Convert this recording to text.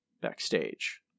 backstage